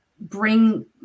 bring